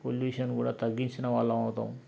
pollution కూడా తగ్గించిన వాళ్ళం అవుతాం